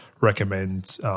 recommend